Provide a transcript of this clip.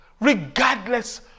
regardless